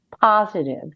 positive